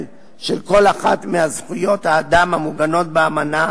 של כל אחת מזכויות האדם המוגנות באמנה